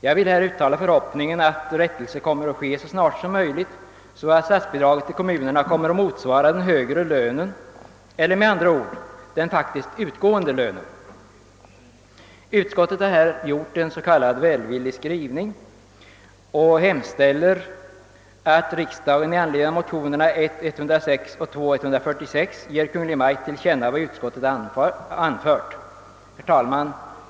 Jag vill här uttala förhoppningen om att rättelse kommer att ske snarast möjligt så att statsbidragen till kommunerna kommer att motsvara den högre lönen, eller med andra ord, den faktiskt utgående lönen. Utskottet har gjort en välvillig skrivning och hemställt att riksdagen i anledning av motionerna 1: 106 och II: 146 ger Kungl. Maj:t till känna vad utskottet har anfört. Herr talman!